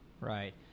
Right